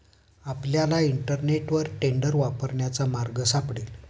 आपल्याला इंटरनेटवर टेंडर वापरण्याचा मार्ग सापडेल